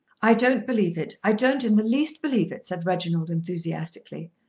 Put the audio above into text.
i don't believe it. i don't in the least believe it, said reginald enthusiastically.